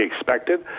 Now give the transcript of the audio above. expected